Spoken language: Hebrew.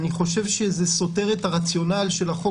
אני חושב שזה סותר את הרציונל של החוק